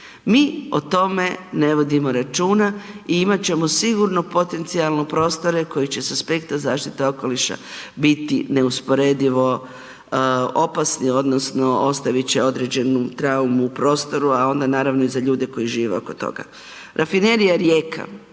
Mi o tome ne vodimo računa i imati ćemo sigurno potencijalne prostore koji će sa aspekta zaštite okoliša biti neusporedivo opasni, odnosno ostaviti će određenu traumu u prostoru a onda naravno i za ljude koji žive oko toga. Rafinerija Rijeka,